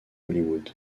hollywood